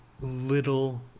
little